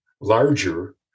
larger